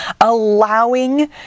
Allowing